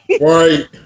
Right